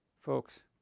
Folks